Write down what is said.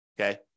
okay